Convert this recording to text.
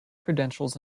credentials